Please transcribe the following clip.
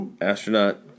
astronaut